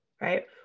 Right